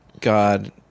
God